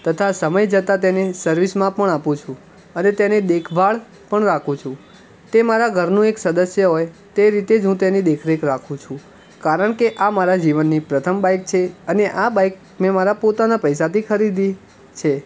તથા સમય જતાં તેને સર્વિસમાં પણ આપું છું અને તેની દેખભાળ પણ રાખું છું તે મારા ઘરનું એક સદસ્ય હોય તે રીતે જ હું તેની દેખરેખ રાખું છું કારણ કે આ મારા જીવનની પ્રથમ બાઇક છે અને આ બાઇક મેં મારા પોતાના પૈસાથી ખરીદી છે